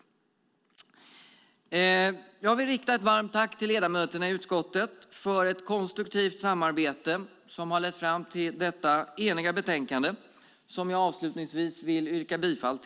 Jag vill rikta ett varmt tack till ledamöterna i utskottet för ett konstruktivt samarbete som har lett fram till detta eniga betänkande. Jag yrkar avslutningsvis bifall till förslaget.